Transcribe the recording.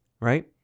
right